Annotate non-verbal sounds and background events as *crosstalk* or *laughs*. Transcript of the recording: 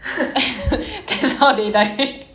*laughs*